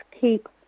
keep